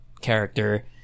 character